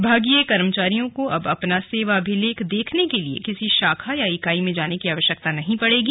विभागीय कर्मचारी को अब अपना सेवाभिलेख देखने के लिए किसी शाखा और इकाई में जाने की आवश्कयता नहीं पड़ेगी